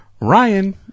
Ryan